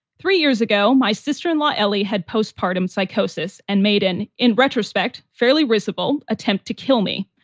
three years ago, my sister in law, ellie, had postpartum psychosis and maydan in retrospect, fairly risible attempt to kill me.